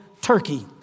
Turkey